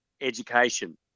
education